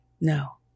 No